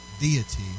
deity